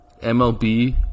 MLB